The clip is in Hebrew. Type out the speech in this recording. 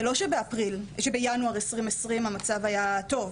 זה לא שבינואר 2020 המצב היה טוב יותר.